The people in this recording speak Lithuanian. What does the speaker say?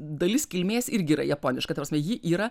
dalis kilmės irgi yra japoniška ta prasme ji yra